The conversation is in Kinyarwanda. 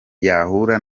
yahura